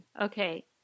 Okay